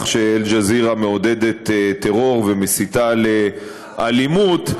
שאל-ג'זירה מעודדת טרור ומסיתה לאלימות.